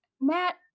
matt